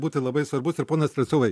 būti labai svarbus ir pone strelcovai